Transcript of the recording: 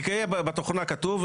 יהיה בתוכנה כתוב,